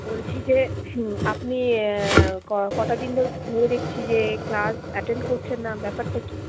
বলছি যে আপনি কটা দিন ধরে দেকছি যে ক্লাস অ্যাটেন্ড করছেন না ব্যাপার টা কি